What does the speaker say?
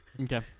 Okay